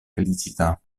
felicità